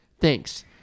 Thanks